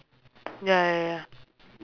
ya ya ya